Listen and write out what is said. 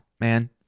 man